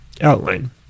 outline